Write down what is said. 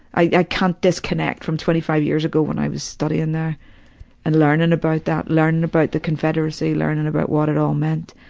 i can't disconnect from twenty five years ago when i was studying there and learning about that, learning about the confederacy, learning about what it all meant,